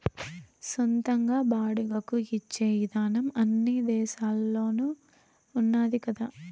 సొంతంగా బాడుగకు ఇచ్చే ఇదానం అన్ని దేశాల్లోనూ ఉన్నాది కదా